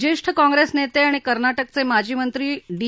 ज्येष्ठ काँग्रेस नेते आणि कर्नाटकचे माजी मंत्री डी